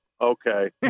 okay